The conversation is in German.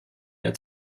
der